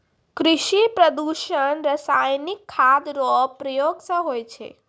कृषि प्रदूषण रसायनिक खाद रो प्रयोग से हुवै छै